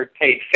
paid